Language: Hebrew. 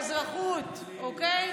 באזרחות, אוקיי?